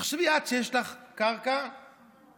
תחשבי את שיש לך קרקע ירוקה